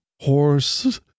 horse